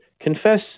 confess